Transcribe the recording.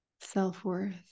self-worth